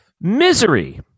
Misery